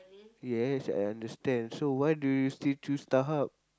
yes I understand so why do you still choose StarHub